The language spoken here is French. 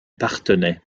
parthenay